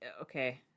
okay